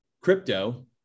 crypto